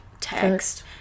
text